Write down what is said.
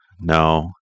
No